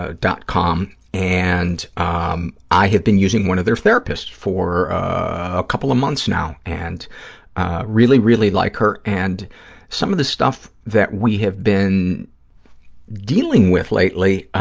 ah com, and um i have been using one of their therapists for a couple of months now, and really, really like her, and some of the stuff that we have been dealing with lately,